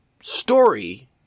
story